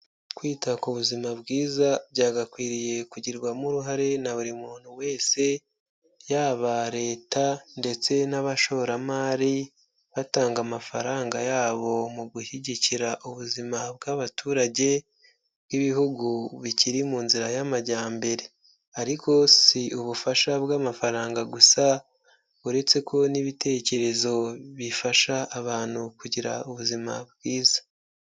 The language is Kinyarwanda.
Kwita ku buzima bwiza byagakwiriye kugirwamo uruhare na buri muntu wese, yaba Leta ndetse n'abashoramari, batanga amafaranga yabo mu gushyigikira ubuzima bw'abaturage bw'ibihugu bikiri mu nzira y'amajyambere. Ariko si ubufasha bw'amafaranga gusa uretse ko n'ibitekerezo bifasha abantu kugira ubuzima bwiza.